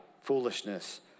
foolishness